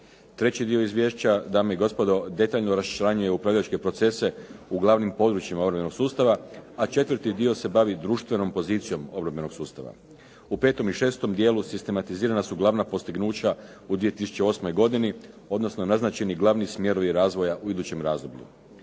Treći dio izvješća dame i gospodo detaljno raščlanjuje upravljačke procese u glavnim područjima obrambenog sustava. A četvrti dio se bavi društvenom pozicijom obrambenog sustava. U petom i šestom dijelu sistematizirana su glavna postignuća u 2008. godini odnosno naznačeni glavni smjerovi razvoja u idućem razdoblju.